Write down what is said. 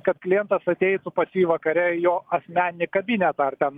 kad klientas ateitų pas jį vakare į jo asmeninį kabinetą ar ten